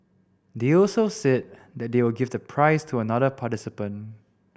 they also said they will give the prize to another participant